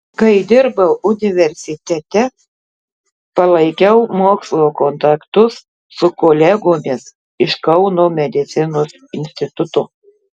kai dirbau universitete palaikiau mokslo kontaktus su kolegomis iš kauno medicinos instituto